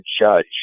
judge